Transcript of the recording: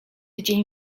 dzień